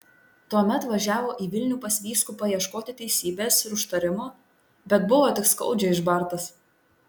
tuomet važiavo į vilnių pas vyskupą ieškoti teisybės ir užtarimo bet buvo tik skaudžiai išbartas